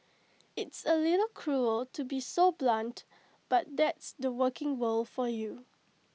it's A little cruel to be so blunt but that's the working world for you